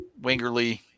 Wingerly